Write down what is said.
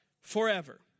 forever